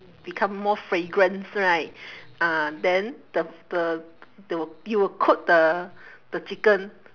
become more fragrance right ah then the the the you will coat the the chicken